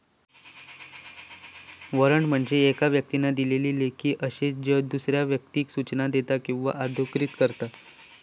warrant म्हणजे येका व्यक्तीन दिलेलो लेखी आदेश ज्यो दुसऱ्या व्यक्तीक सूचना देता किंवा अधिकृत करता